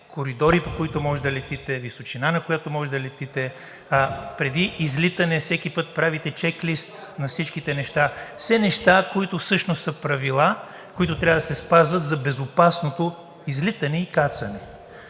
коридори, по които можете да летите, височина, на която можете да летите, преди излитане всеки път правите чеклист на всичките неща. Все неща, които всъщност са правила, които трябва да се спазват, за безопасното излитане и кацане.